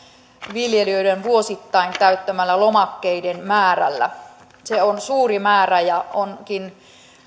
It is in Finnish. viljelijöiden vuosittain täyttämällä lomakkeiden määrällä se on suuri määrä ja onkin